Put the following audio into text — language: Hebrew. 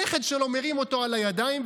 הנכד שלו מרים אותו על הידיים,